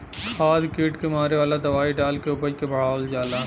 खाद कीट क मारे वाला दवाई डाल के उपज के बढ़ावल जाला